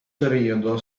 periodo